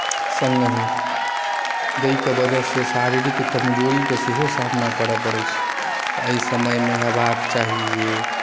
सङ्गहि जाहिके वजहसँ शारीरिक कमजोरीक सेहो सामना करऽ पड़ैत छै तऽ एहि समयमे होयबाक चाही जे